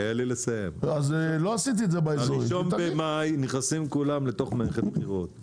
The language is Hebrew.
ב-1.5 נכנסים כולם למערכת בחירות.